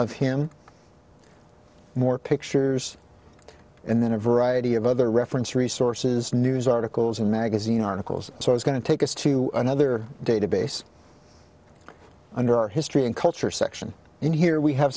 of him more pictures and then a variety of other reference resources news articles and magazine articles so it's going to take us to another database under our history and culture section and here we have